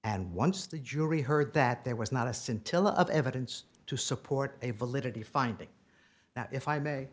and once the jury heard that there was not a scintilla of evidence to support a validity finding that if i may